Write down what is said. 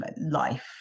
life